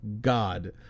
God